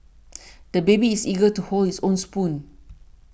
the baby is eager to hold his own spoon